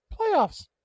playoffs